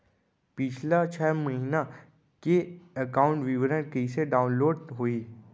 पिछला छः महीना के एकाउंट विवरण कइसे डाऊनलोड होही?